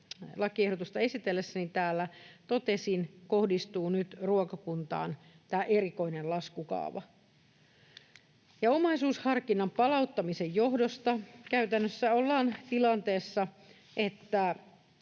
lakiehdotusta esitellessäni täällä totesin, kohdistuu nyt ruokakuntaan tämä erikoinen laskukaava. Ja omaisuusharkinnan palauttamisen johdosta ollaan tilanteessa, että